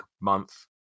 month